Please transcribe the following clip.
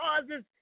causes